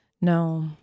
no